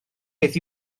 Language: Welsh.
beth